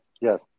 yes